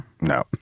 No